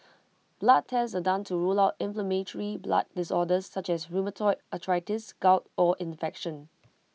blood tests are done to rule out inflammatory blood disorders such as rheumatoid arthritis gout or infection